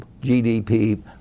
GDP